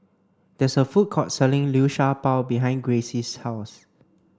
there is a food court selling Liu Sha Bao behind Gracie's house